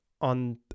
on